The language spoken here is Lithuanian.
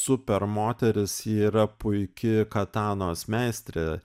super moteris ji yra puiki katanos meistrė